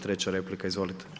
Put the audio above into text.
Treća replika, izvolite.